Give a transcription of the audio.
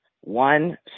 one